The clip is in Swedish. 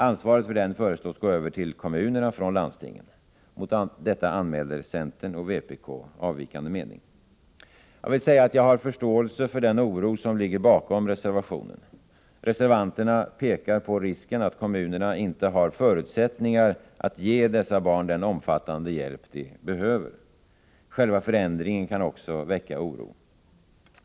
Ansvaret för den föreslås gå över till kommunerna från landstingen. Mot detta anmäler centern och vpk avvikande mening. Jag vill säga att jag har förståelse för den oro som ligger bakom reservationen. Reservanterna pekar på risken att kommunerna inte har förutsättningar att ge dessa barn den omfattande hjälp de behöver. Själva förändringen kan också väcka oro.